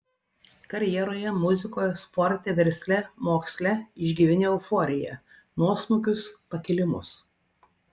karjeroje muzikoje sporte versle moksle išgyveni euforiją nuosmukius pakilimus